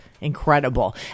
Incredible